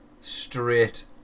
straight